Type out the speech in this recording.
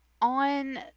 on